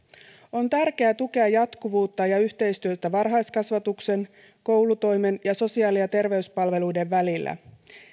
on tärkeää tukea jatkuvuutta ja yhteistyötä varhaiskasvatuksen koulutoimen ja sosiaali ja terveyspalveluiden välillä